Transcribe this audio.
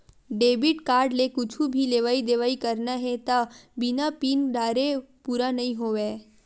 debit card ले कुछु भी लेवइ देवइ करना हे त बिना पिन डारे पूरा नइ होवय